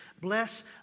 Bless